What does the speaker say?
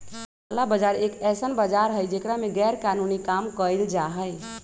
काला बाजार एक ऐसन बाजार हई जेकरा में गैरकानूनी काम कइल जाहई